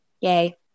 Yay